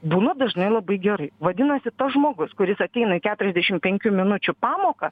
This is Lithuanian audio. būna dažnai labai gerai vadinasi tas žmogus kuris ateina į keturiasdešimt penkių minučių pamoką